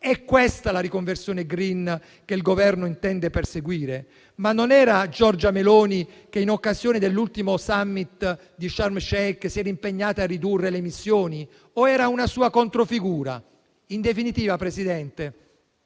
È questa la riconversione *green* che il Governo intende perseguire? Ma non era Giorgia Meloni che, in occasione della Conferenza delle Nazioni Unite a Sharm el Sheikh, si era impegnata a ridurre le emissioni? O era una sua controfigura? In definitiva, Presidente,